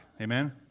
Amen